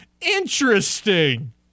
interesting